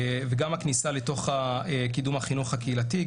וגם הכניסה לתוך קידום החינוך הקהילתי.